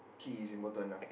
key is important ah